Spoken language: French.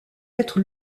être